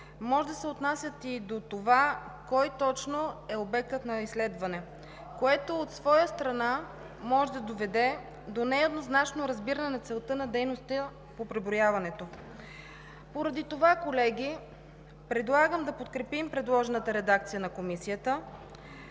може да се отнасят и до това кой точно е обектът на изследване, което, от своя страна, може да доведе до нееднозначно разбиране на целта на дейността по преброяването. Поради това, колеги, предлагам да подкрепим предложената редакция на Комисията.